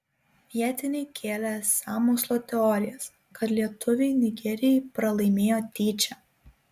vietiniai kėlė sąmokslo teorijas kad lietuviai nigerijai pralaimėjo tyčia